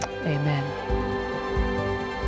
Amen